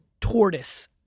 tortoise